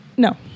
No